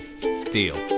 deal